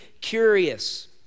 curious